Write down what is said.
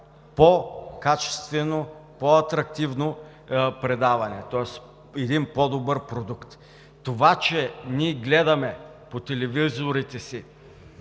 по-качествено, по-атрактивно предаване, тоест един по-добър продукт. Това че ние гледаме по телевизията